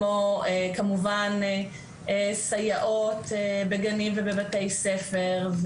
כמו כמובן סייעות בגנים ובבתי ספר,